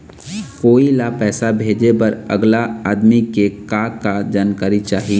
कोई ला पैसा भेजे बर अगला आदमी के का का जानकारी चाही?